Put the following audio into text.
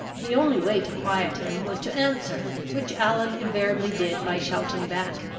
the only way to quiet him was to answer, which allan invariably did by shouting back,